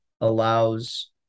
allows